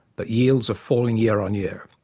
but yields are falling year on year.